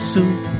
Soup